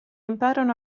imparano